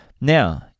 Now